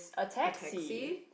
a taxi